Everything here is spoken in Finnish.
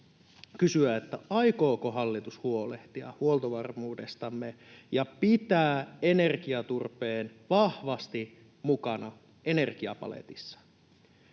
aikooko hallitus huolehtia huoltovarmuudestamme ja pitää energiaturpeen vahvasti mukana energiapaletissa?